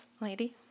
lady